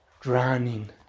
drowning